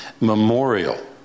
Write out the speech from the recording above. memorial